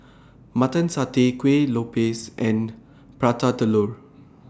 Mutton Satay Kueh Lopes and Prata Telur